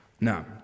Now